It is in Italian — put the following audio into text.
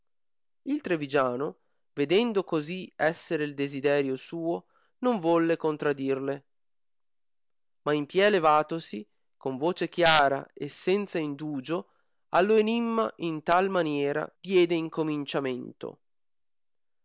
il trivigiano vedendo cosi essere il desiderio suo non volle contradirle ma in pie levatosi con voce chiara e senza indugio allo enimma in tal maniera diede